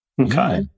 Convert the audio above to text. Okay